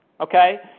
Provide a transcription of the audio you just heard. Okay